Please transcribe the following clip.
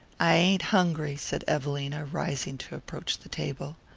i ain't hungry, said evelina, rising to approach the table.